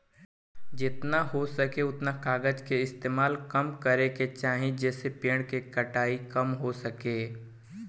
जेतना हो सके कागज के कम इस्तेमाल करे के चाही, जेइसे पेड़ के कटाई कम हो सके